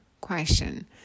question